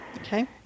Okay